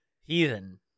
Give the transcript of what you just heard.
Heathen